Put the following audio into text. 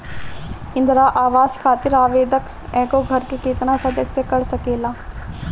इंदिरा आवास खातिर आवेदन एगो घर के केतना सदस्य कर सकेला?